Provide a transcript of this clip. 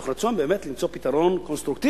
אלא מתוך רצון באמת למצוא פתרון קונסטרוקטיבי,